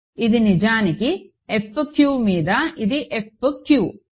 ఇది నిజానికి F q మీద ఇది F q